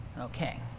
Okay